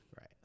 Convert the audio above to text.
Right